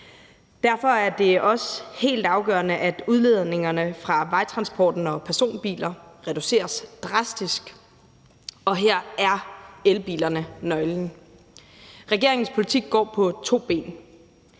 Derfor er det også helt afgørende, at udledningerne fra vejtransporten og personbiler reduceres drastisk, og her er elbilerne nøglen. Regeringens politik går på to ben.